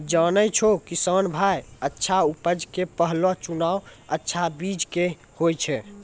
जानै छौ किसान भाय अच्छा उपज के पहलो चुनाव अच्छा बीज के हीं होय छै